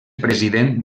president